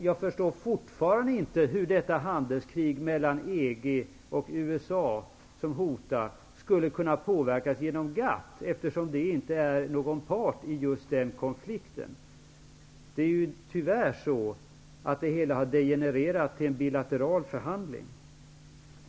Jag förstår fortfarande inte hur det handelskrig mellan EG och USA som hotar skulle kunna påverkas genom GATT. GATT är ju inte part i just den konflikten. Det är tyvärr så, att det hela har degenererat till att vara en bilateral förhandling.